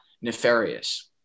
nefarious